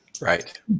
right